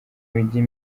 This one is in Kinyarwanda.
mijyi